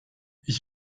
ich